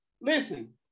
listen